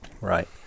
Right